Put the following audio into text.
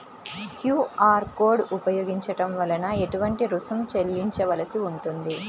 QR code ఉపయోగించటం వలన ఏటువంటి రుసుం చెల్లించవలసి ఉంటుంది?